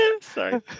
Sorry